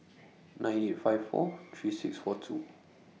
nine eight five four three six four two